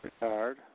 retired